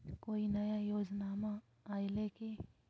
कोइ नया योजनामा आइले की?